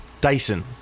Dyson